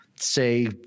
say